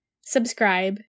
subscribe